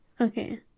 okay